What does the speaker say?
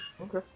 Okay